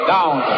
Down